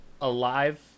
alive